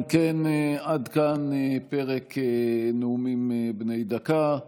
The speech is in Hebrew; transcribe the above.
אם כן, עד כאן פרק נאומים בני דקה.